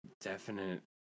definite